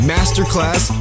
Masterclass